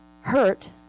hurt